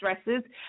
stresses